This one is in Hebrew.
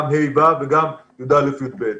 גם ה'-ו' וגם י"א-י"ב.